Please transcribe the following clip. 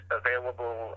available